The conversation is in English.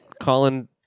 Colin